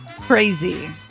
crazy